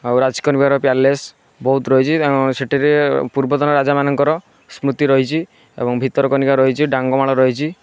ଆଉ ରାଜ କନିକାର ପ୍ୟାଲେସ୍ ବହୁତ ରହିଛି କାରଣ ସେଠିରେ ପୂର୍ବତନ ରାଜାମାନଙ୍କର ସ୍ମୃତି ରହିଛି ଏବଂ ଭିତରକନିକା ରହିଛି ଡାଙ୍ଗମାଳ ରହିଛି